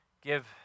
give